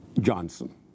Johnson